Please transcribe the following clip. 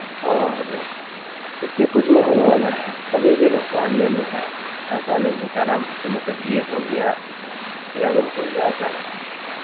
اور اس سے کچھ نہیں ہونے والا ہے کبھی بھی نقصان دہ نہیں ہے ایسا نہیں ہے کیا نام ہے کہ مطلب یہ ہو گیا یا وہ ہو گیا ایسا نہیں